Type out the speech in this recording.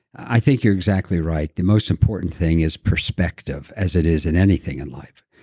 i think you're exactly right. the most important thing is perspective as it is in anything in life.